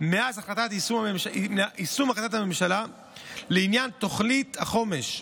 מאז יישום החלטת הממשלה לעניין תוכנית החומש,